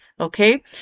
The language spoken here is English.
okay